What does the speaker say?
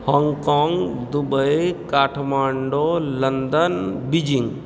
Hong Kong Dubai Kathmandu London Beijing